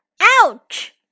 Ouch